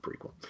prequel